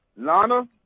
Lana